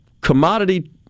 commodity